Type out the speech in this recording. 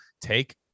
take